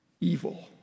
evil